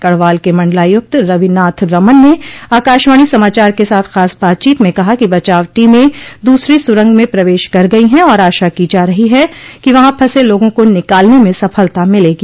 गढ़वाल के मंडलायुक्त रविनाथ रमन ने आकाशवाणी समाचार के साथ खास बातचीत में कहा कि बचाव टीम दूसरी सुरंग में प्रवेश कर गई है और आशा की जा रही हैं कि वहां फंसे लोगों को निकालने में सफलता मिलेगी